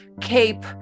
cape